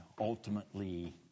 ultimately